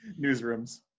newsrooms